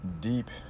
Deep